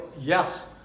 yes